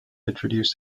introduced